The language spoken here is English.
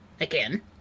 Again